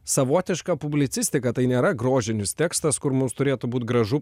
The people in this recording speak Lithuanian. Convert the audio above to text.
savotišką publicistiką tai nėra grožinis tekstas kur mums turėtų būti gražu